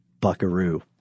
buckaroo